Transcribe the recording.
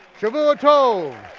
shavua tov.